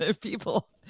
People